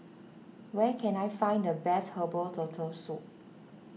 where can I find the best Herbal Turtle Soup